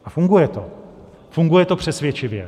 A funguje to, funguje to přesvědčivě.